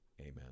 Amen